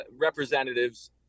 representatives